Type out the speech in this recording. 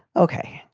ok?